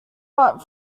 but